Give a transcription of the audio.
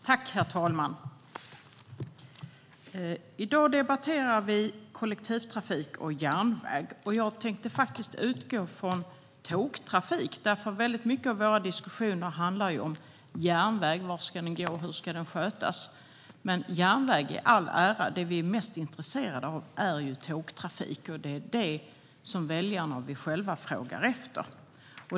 Herr talman! I dag debatterar vi kollektivtrafik och järnväg. Jag tänkte utgå från tågtrafik eftersom många av våra diskussioner handlar om järnväg, hur den ska gå och hur den ska underhållas. Men järnväg i all ära - det som vi är mest intresserade av är tågtrafik. Det är det som väljarna och vi själva frågar efter.